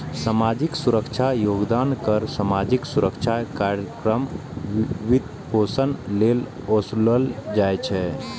सामाजिक सुरक्षा योगदान कर सामाजिक सुरक्षा कार्यक्रमक वित्तपोषण लेल ओसूलल जाइ छै